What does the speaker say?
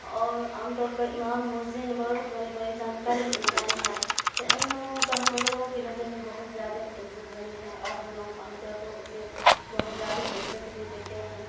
اور عام طور پر امام مؤذن بہت بڑے بڑے جانکار بھی انسان ہے تو ان لوگوں کا ہم لوگوں کی نظر میں بہت زیادہ عزت بنی ہے اور ہم لوگ عام طور پر اسے بہت زیادہ عزت بھی دیتے ہیں